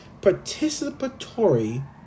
participatory